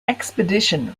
expedition